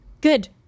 Good